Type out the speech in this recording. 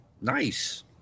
Nice